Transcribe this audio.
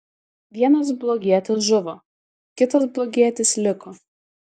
vienas blogietis žuvo kitas blogietis liko